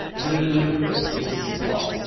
bloop bloop your sister's hot!